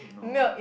no